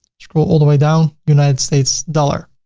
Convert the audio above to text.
scroll all the way down, united states, dollar.